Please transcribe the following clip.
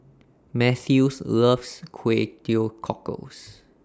Mathews loves Kway Teow Cockles